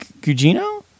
Gugino